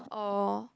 or